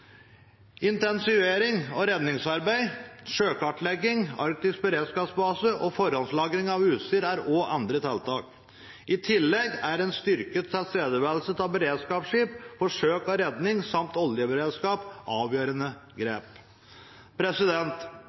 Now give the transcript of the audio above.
Intensivering av redningsarbeid, sjøkartlegging, arktisk beredskapsbase og forhåndslagring av utstyr er andre tiltak. I tillegg er en styrket tilstedeværelse av beredskapsskip for søk og redning samt oljeberedskap avgjørende grep.